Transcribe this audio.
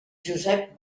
josep